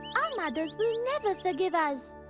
our mothers will never forgive us.